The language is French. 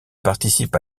participe